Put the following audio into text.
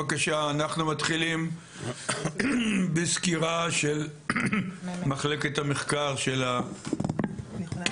בבקשה אנחנו מתחילים בסקירה של מחלקת המחקר של הכנסת,